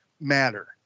matter